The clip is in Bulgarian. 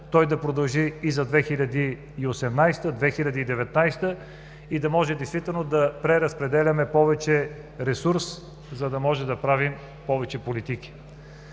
4%, да продължи и за 2018-2019 г. и да може действително да преразпределяме повече ресурс, за да може да правим повече политики.